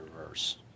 reverse